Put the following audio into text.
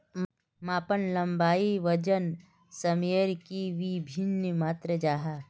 मापन लंबाई वजन सयमेर की वि भिन्न मात्र जाहा?